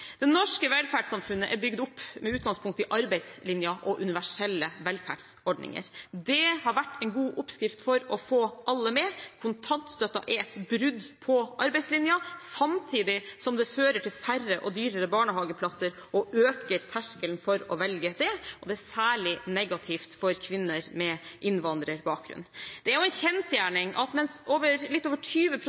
Det norske velferdssamfunnet er bygd opp med utgangspunkt i arbeidslinjen og universelle velferdsordninger. Det har vært en god oppskrift for å få alle med. Kontantstøtten er et brudd på arbeidslinjen, samtidig som det fører til færre og dyrere barnehageplasser og øker terskelen for å velge det. Og det er særlig negativt for kvinner med innvandrerbakgrunn. Det er jo en kjensgjerning at mens litt over 20